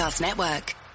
Network